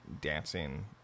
dancing